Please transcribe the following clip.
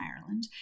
Ireland